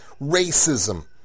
racism